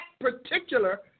particular